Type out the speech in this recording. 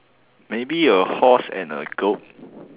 maybe a horse and a goat